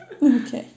Okay